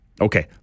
Okay